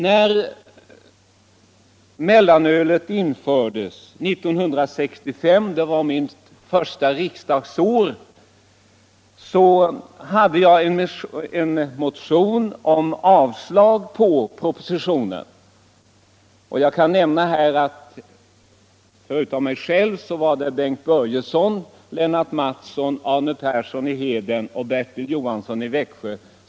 När mellanölet infördes 1965 — det var under mitt första riksdagsår —- väckte jag en motion om avslag på propositionens förslag. Förutom av mig själv undertecknades denna motion av Bengt Börjesson, Lennart Mattsson, Arne Persson i Heden och Bertil Johansson i Växjö.